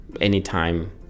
anytime